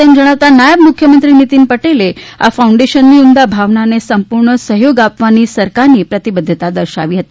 તેમ જણાવતા નાયબ મુખ્યમંત્રી નીતીન પટેલે આ ફાઉન્ડેશનની ઉમદા ભાવનાને સંપૂર્ણ સહયોગ આપવાની સરકારની પ્રતિબદ્ધતા દર્શાવી છે